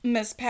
Miss